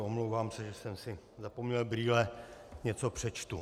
Omlouvám se, že jsem si zapomněl brýle, něco přečtu.